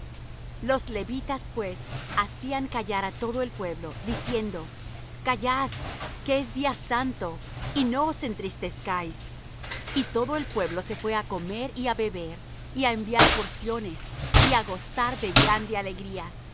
los levitas pues hacían callar á todo el pueblo diciendo callad que es día santo y no os entristezcáis y todo el pueblo se fué á comer y á beber y á enviar porciones y á gozar de grande alegría